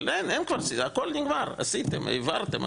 אבל אין, הכול נגמר, כבר עשיתם והעברתם.